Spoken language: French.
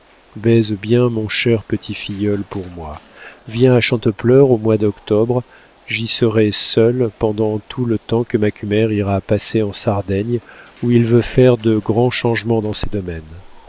baise bien mon cher petit filleul pour moi viens à chantepleurs au mois d'octobre j'y serai seule pendant tout le temps que macumer ira passer en sardaigne où il veut faire de grands changements dans ses domaines